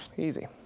easy.